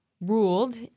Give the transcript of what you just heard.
ruled